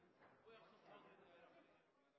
og jeg har god tro på den